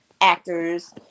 Actors